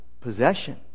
possession